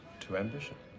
to ambition.